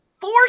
Four